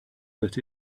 that